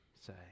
say